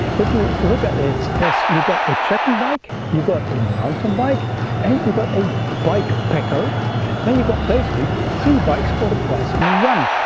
if you look at its as you've got a trekking bike, you got a mountain bike and you got a bike packer then you got basically three bikes for the price in one.